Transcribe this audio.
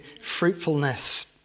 fruitfulness